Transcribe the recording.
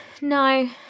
No